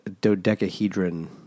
dodecahedron